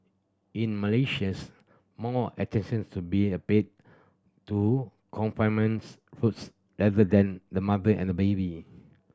in Malaysia more more attention's to be a paid to confinements foods rather than the mother and baby